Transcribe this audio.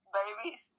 babies